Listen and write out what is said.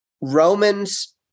Romans